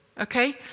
okay